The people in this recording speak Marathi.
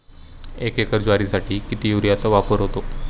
एक एकर ज्वारीसाठी किती युरियाचा वापर होतो?